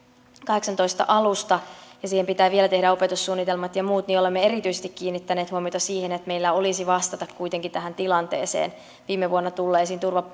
kaksituhattakahdeksantoista alusta ja siihen pitää vielä tehdä opetussuunnitelmat ja muut niin olemme erityisesti kiinnittäneet huomiota siihen että meillä olisi kuitenkin vastata tähän tilanteeseen viime vuonna